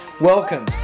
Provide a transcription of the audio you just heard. Welcome